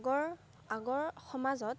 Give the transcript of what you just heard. আগৰ আগৰ সমাজত